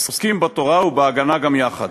עוסקים בתורה ובהגנה גם יחד.